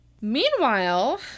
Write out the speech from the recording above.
Meanwhile